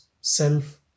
self